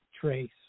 trace